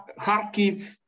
Kharkiv